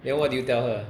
then what did you tell her